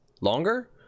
Longer